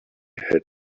had